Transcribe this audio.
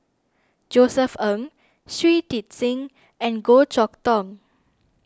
Josef Ng Shui Tit Sing and Goh Chok Tong